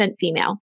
female